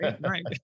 right